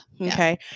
Okay